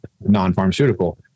non-pharmaceutical